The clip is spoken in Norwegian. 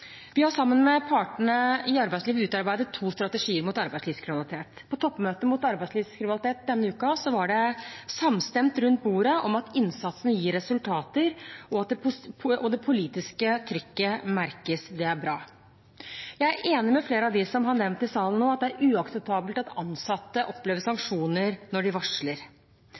Vi har sammen med partene i arbeidslivet utarbeidet to strategier mot arbeidslivskriminalitet. På toppmøtet mot arbeidslivskriminalitet denne uka var det samstemmighet rundt bordet om at innsatsen gir resultater, og det politiske trykket merkes. Det er bra. Jeg er enig med flere av dem som har nevnt i salen nå at det er uakseptabelt at ansatte opplever sanksjoner når de varsler.